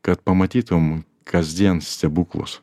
kad pamatytum kasdien stebuklus